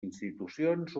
institucions